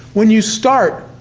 when you start,